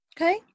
Okay